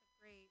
great